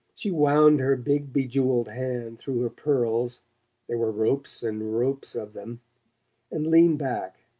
she wound her big bejewelled hand through her pearls there were ropes and ropes of them and leaned back,